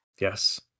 Yes